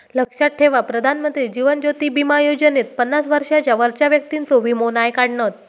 लक्षात ठेवा प्रधानमंत्री जीवन ज्योति बीमा योजनेत पन्नास वर्षांच्या वरच्या व्यक्तिंचो वीमो नाय काढणत